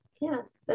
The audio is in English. Yes